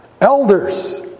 Elders